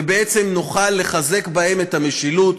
ובעצם נוכל לחזק בהן את המשילות,